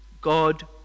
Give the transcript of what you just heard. God